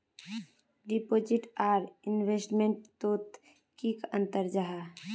Deposit आर investment तोत की अंतर जाहा?